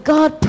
God